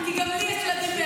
כי גם לי יש ילדים בעזה.